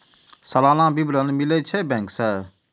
सलाना विवरण मिलै छै बैंक से?